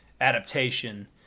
adaptation